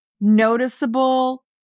noticeable